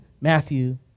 Matthew